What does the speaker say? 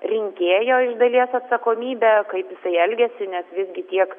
rinkėjo iš dalies atsakomybė kaip jisai elgiasi nes visgi tiek